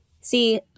See